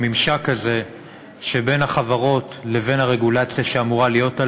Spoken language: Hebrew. בממשק הזה שבין החברות לבין הרגולציה שאמורה להיות עליהן.